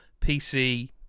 pc